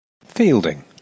Fielding